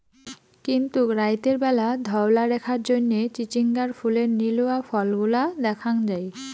কিন্তুক রাইতের ব্যালা ধওলা রেখার জইন্যে চিচিঙ্গার ফুলের নীলুয়া ফলগুলা দ্যাখ্যাং যাই